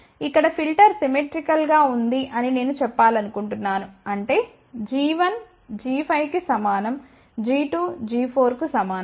ఇక్కడ filter symmetrical గా ఉంది అని నేను చెప్పాలనుకుంటున్నాను అంటే g1 g5 కి సమానంg2 g4 కు సమానం